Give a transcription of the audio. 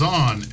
on